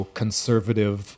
conservative